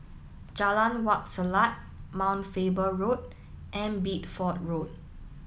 Jalan Wak Selat Mount Faber Road and Bideford Road